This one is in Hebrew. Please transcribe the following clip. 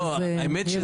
אוי ואבוי לנו.